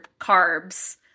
carbs